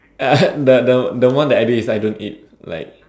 uh the the the one that I this I don't eat like